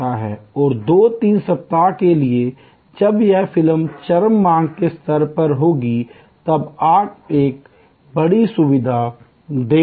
और 2 3 सप्ताह के लिए जब वह फिल्म चरम मांग के स्तर पर होगी तो आप एक बड़ी सुविधा दे रहे हैं